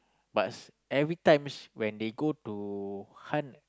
but every time when they go to hunt